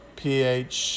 ph